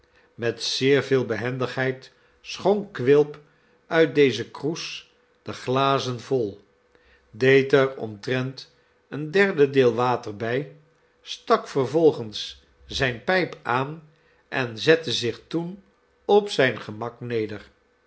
met zeer veel behendigheid schonk quilp uit dezen kroes de glazen vol deed er omtrent een derde deel water bij stak vervolgens zijne pijp aan en zette zich toen op zijn gemak neder